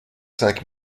cinq